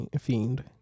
fiend